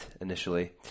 initially